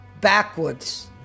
backwards